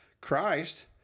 Christ